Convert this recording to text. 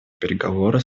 переговоры